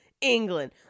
England